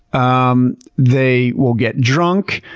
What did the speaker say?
um they will get drunk.